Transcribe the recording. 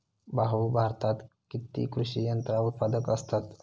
भाऊ, भारतात किती कृषी यंत्रा उत्पादक असतत